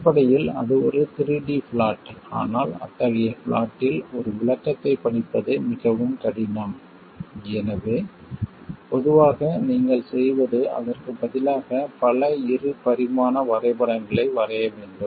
அடிப்படையில் அது ஒரு 3D ப்ளாட் ஆனால் அத்தகைய ப்ளாட்டில் ஒரு விளக்கத்தைப் படிப்பது மிகவும் கடினம் எனவே பொதுவாக நீங்கள் செய்வது அதற்கு பதிலாக பல இரு பரிமாண வரைபடங்களை வரைய வேண்டும்